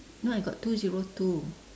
no I got two zero two